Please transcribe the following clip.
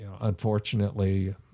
unfortunately